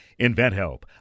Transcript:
InventHelp